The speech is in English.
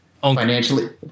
financially